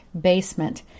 basement